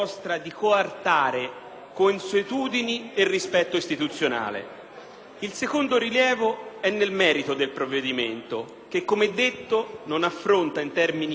Il secondo rilievo è nel merito del provvedimento che, come detto, non affronta in termini organici ed omogenei aspetti che, pur essendo condivisibili,